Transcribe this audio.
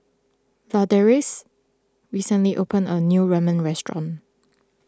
Ladarius recently opened a new Ramyeon restaurant